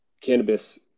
cannabis